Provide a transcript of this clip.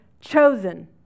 chosen